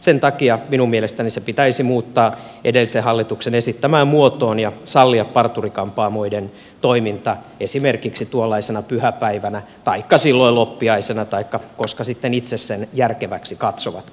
sen takia minun mielestäni se pitäisi muuttaa edellisen hallituksen esittämään muotoon ja sallia parturi kampaamoiden toiminta esimerkiksi tuollaisena pyhäpäivänä taikka silloin loppiaisena taikka koska sitten itse sen järkeväksi katsovatkin